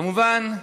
כמובן,